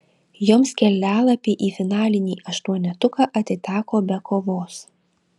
joms kelialapiai į finalinį aštuonetuką atiteko be kovos